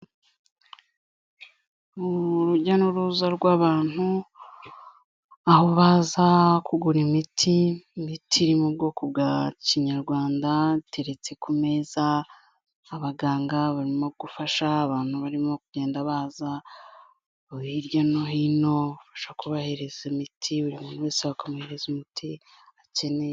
Urujya n'uruza rw'abantu, aho baza kugura imiti, imiti iri mu bwoko bwa kinyarwanda teretse ku meza, abaganga barimo gufasha abantu barimo kugenda baza hirya no hino fasha kubahereza imiti buri muntu wese bakamuhereza umuti akeneye.